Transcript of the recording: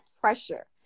pressure